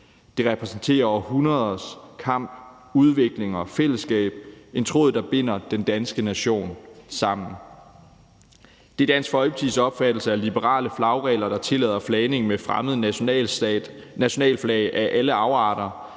Det repræsenterer århundreders kamp, udvikling og fællesskab – en tråd, der binder den danske nation sammen. Det er Dansk Folkepartis opfattelse, at liberale flagregler, der tillader flagning med fremmede nationalflag i alle afarter,